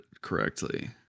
correctly